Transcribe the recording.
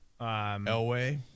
elway